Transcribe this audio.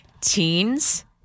Teens